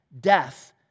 death